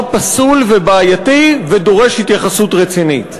פסול ובעייתי ודורש התייחסות רצינית.